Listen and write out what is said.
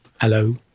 Hello